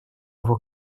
его